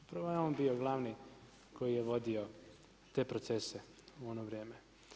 Upravo je on bio glavni koji je vodio te procese u ono vrijeme.